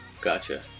Gotcha